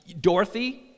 Dorothy